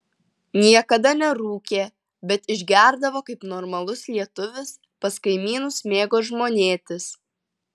niekada nerūkė bet išgerdavo kaip normalus lietuvis pas kaimynus mėgo žmonėtis